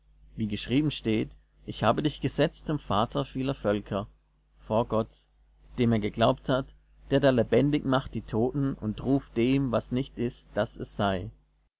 wie geschrieben steht ich habe dich gesetzt zum vater vieler völker vor gott dem er geglaubt hat der da lebendig macht die toten und ruft dem was nicht ist das es sei